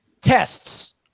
tests